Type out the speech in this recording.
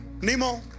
Nemo